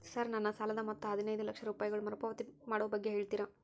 Sir ನನ್ನ ಸಾಲದ ಮೊತ್ತ ಹದಿನೈದು ಲಕ್ಷ ರೂಪಾಯಿಗಳು ಮರುಪಾವತಿ ಮಾಡುವ ಬಗ್ಗೆ ಹೇಳ್ತೇರಾ?